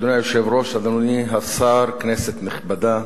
אדוני היושב-ראש, אדוני השר, כנסת נכבדה,